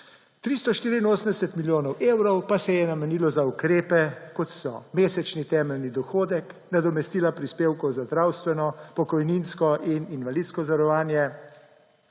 384 milijonov evrov pa se je namenilo za ukrepe, kot so: mesečni temeljni dohodek, nadomestila prispevkov za zdravstveno, pokojninsko in invalidsko zavarovanje,